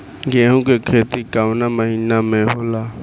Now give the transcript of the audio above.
गेहूँ के खेती कवना महीना में होला?